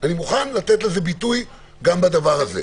אני מוכן לתת לזה ביטוי גם בדבר הזה.